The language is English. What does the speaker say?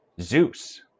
zeus